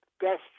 best